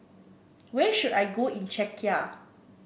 where should I go in Czechia